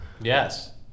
Yes